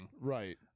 right